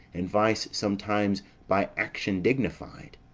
and vice sometime's by action dignified.